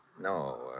No